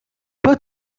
vou